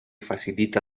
facilita